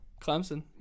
Clemson